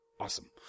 awesome